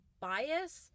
bias